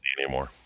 anymore